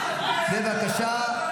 בשבע שעות.